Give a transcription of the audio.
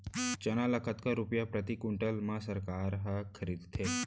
चना ल कतका रुपिया प्रति क्विंटल म सरकार ह खरीदथे?